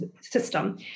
system